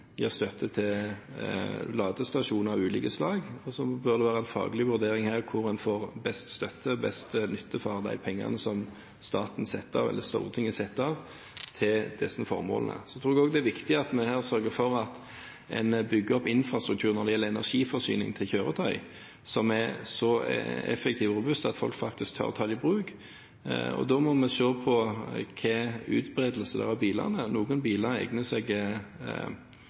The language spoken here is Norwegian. gir støtte til ny teknologi, gir støtte til ladestasjoner av ulike slag. Så bør det være en faglig vurdering av hvor en får best støtte og best nytte av de pengene som Stortinget bevilger til disse formålene. Så tror jeg det også er viktig at vi sørger for å bygge opp infrastruktur når det gjelder energiforsyning til kjøretøy, som er så effektiv og robust at folk faktisk tør å ta det i bruk. Da må vi se på utbredelsen av bilene. Noen biler